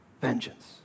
vengeance